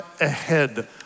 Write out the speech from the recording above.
ahead